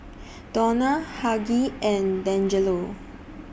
Donna Hughey and Dangelo